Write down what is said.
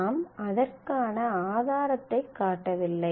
நாம் அதற்கான ஆதாரத்தைக் காட்டவில்லை